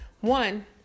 One